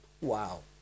Wow